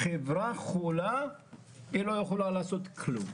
חברה חולה לא יכולה לעשות כלום.